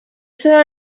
sólo